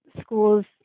school's